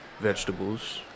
Vegetables